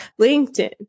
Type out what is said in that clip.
LinkedIn